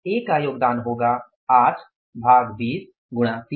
A का योगदान होगा 8 भाग 20 गुणा 30